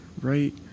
right